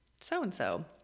so-and-so